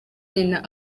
nyina